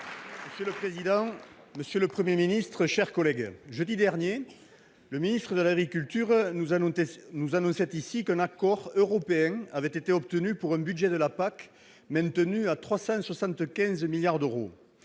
Monsieur le président, monsieur le Premier ministre, mes chers collègues, jeudi dernier, le ministre de l'agriculture nous annonçait ici qu'un accord européen avait été obtenu pour un budget de la politique agricole commune (PAC), maintenu à 375 milliards d'euros.